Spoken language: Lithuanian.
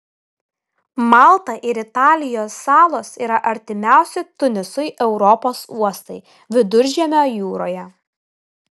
malta ir italijos salos yra artimiausi tunisui europos uostai viduržemio jūroje